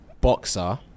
Boxer